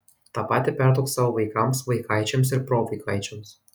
tą patį perduok savo vaikams vaikaičiams ir provaikaičiams